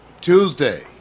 Tuesday